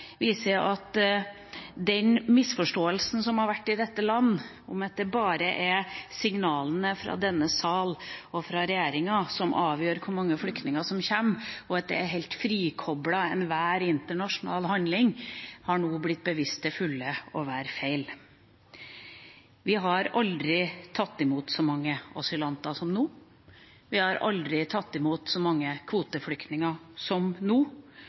viser at den misforståelsen som har vært i dette land om at det bare er signalene fra denne sal og fra regjeringa som avgjør hvor mange flyktninger som kommer, og at det er helt frikoblet fra enhver internasjonal handling, nå har blitt bevist til fulle å være feil. Vi har aldri tatt imot så mange asylanter som nå, vi har aldri tatt imot så mange kvoteflyktninger som